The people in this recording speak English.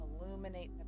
illuminate